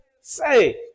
say